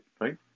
right